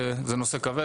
זה נושא כבד.